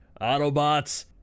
Autobots